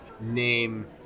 name